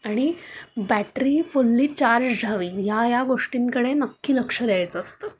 आणि battery fully charge हवी ह्या ह्या गोष्टींकडे नक्की लक्ष द्यायचं असतं